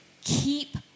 Keep